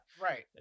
right